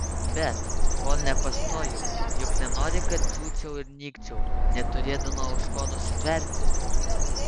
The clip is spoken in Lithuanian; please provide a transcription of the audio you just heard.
bet kol nepastojau juk nenori kad džiūčiau ir nykčiau neturėdama už ko nusitverti